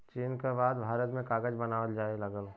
चीन क बाद भारत में कागज बनावल जाये लगल